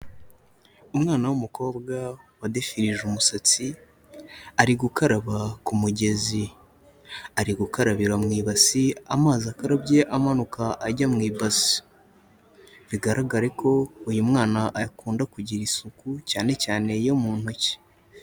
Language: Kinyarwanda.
Umwana w'umukobwa wadefirije umusatsi, ari gukaraba ku mugezi, ari gukarabira mu ibasi, amazi akarabye amanuka ajya mu ibasi. Bigaragare ko uyu mwana akunda kugira isuku cyane cyane iyo mu ntoki.